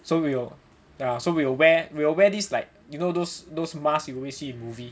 so we will ya so we will wear we will wear these like you know those those mask you always see in movie